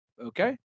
okay